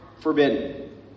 forbidden